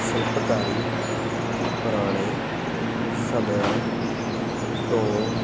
ਸ਼ਿਲਪਕਾਰੀ ਪੁਰਾਣੇ ਸਮਿਆਂ ਤੋਂ